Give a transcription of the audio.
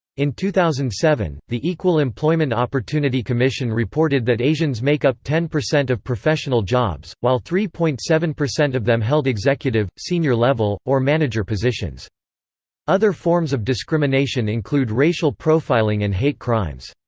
in two thousand and seven, the equal employment opportunity commission reported that asians make up ten percent of professional jobs, while three point seven percent of them held executive, senior level, or manager positions other forms of discrimination include racial profiling and hate crimes.